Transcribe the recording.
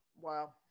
wow